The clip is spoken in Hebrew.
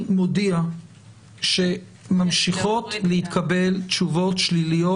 אני מודיע שממשיכות להתקבל תשובות שליליות